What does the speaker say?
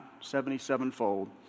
seventy-sevenfold